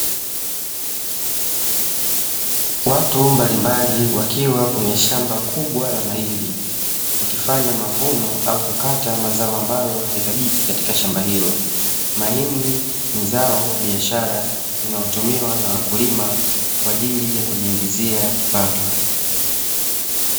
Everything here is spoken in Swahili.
Watu mbalimbali wakiwa kwenye shamba kubwa la mahindi wakifanya mavuno au kukata mazao ambayo hayahitajiki katika shamba hilo. Mahindi ni zao la biashara inayotumiwa na wakulima kwa ajili ya kujiingizia kipato.